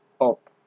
up